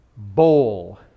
Bowl